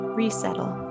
resettle